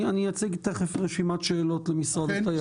אני אציג תכף רשימת שאלות למשרד התיירות.